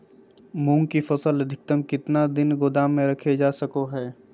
मूंग की फसल अधिकतम कितना दिन गोदाम में रखे जा सको हय?